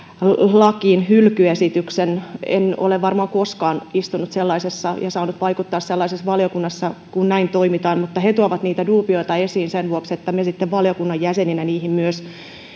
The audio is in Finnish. lakiin hylkyesityksen niin en ole varmaan koskaan istunut ja saanut vaikuttaa sellaisessa valiokunnassa jossa näin toimitaan mutta he tuovat niitä duubioita esiin sen vuoksi että me sitten valiokunnan jäseninä niihin myös